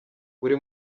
buri